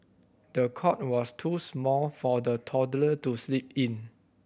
the cot was too small for the toddler to sleep in